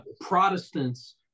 Protestants